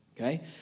Okay